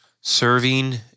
Serving